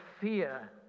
fear